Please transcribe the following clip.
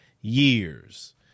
years